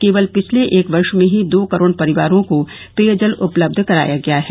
केवल पिछले एक वर्ष में ही दो करोड़ परिवारों को पेयजल उपलब्ध कराया गया है